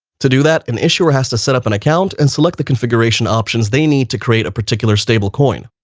to do that, an issuer has to set up an account and select the configuration options they need to create a particular stable coin.